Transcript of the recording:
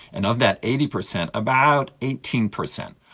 and of that eighty percent, about eighteen percent,